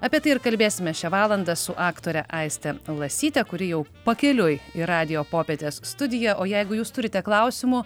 apie tai ir kalbėsime šią valandą su aktore aiste lasyte kuri jau pakeliui į radijo popietės studiją o jeigu jūs turite klausimų